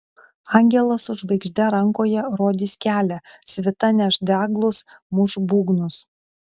angelas su žvaigžde rankoje rodys kelią svita neš deglus muš būgnus